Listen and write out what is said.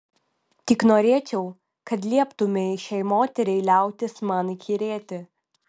tik norėčiau kad lieptumei šiai moteriai liautis man įkyrėti